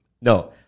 No